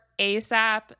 ASAP